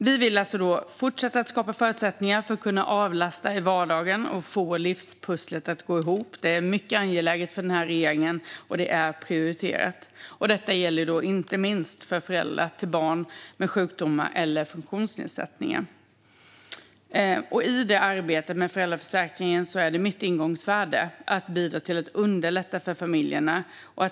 Vi vill alltså fortsätta att skapa förutsättningar för avlastning i vardagen så att livspusslet går ihop. Det är mycket angeläget och prioriterat för regeringen. Detta gäller inte minst för föräldrar till barn med sjukdomar eller funktionsnedsättningar. I detta arbete med föräldraförsäkringen är det mitt ingångsvärde att bidra till att underlätta för familjerna.